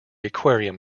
aquarium